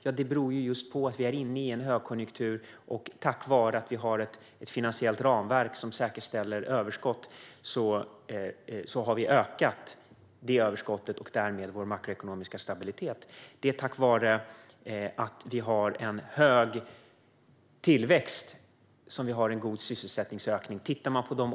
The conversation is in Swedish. Detta beror på att Sverige är inne i en högkonjunktur. Tack vare ett finansiellt ramverk som säkerställer överskott har överskottet ökat och därmed den makroekonomiska stabiliteten. Tack vare en hög tillväxt finns en god sysselsättningsökning.